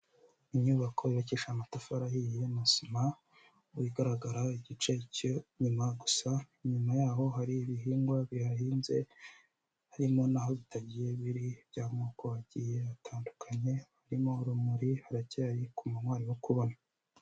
Inyubako yubakishije amatafari ahiye na sima igaragara igice cy'inyuma gusa, inyuma yaho hari ibihingwa bihahinze, harimo n'aho bitagiye biri by'amoko agiye atandukanye, harimo urumuri, haracyari ku manywa harimo kubona.